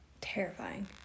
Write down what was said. terrifying